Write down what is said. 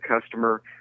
customer